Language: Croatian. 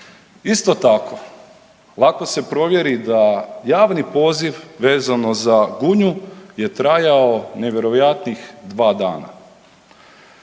Isto tako, lako se provjeri da javni poziv vezano za Gunju je trajao nevjerojatnih 2 dana.